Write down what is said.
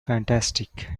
fantastic